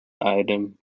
idiom